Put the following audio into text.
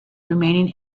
remaining